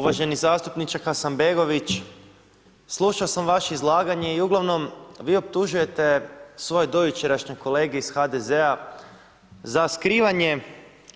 Uvaženi zastupniče Hasanbegović, slušao sam vaše izlaganje i uglavnom vi optužujete svoje dojučerašnje kolege iz HDZ-a za skrivanje